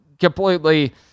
completely